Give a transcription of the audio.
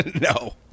No